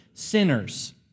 sinners